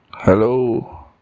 hello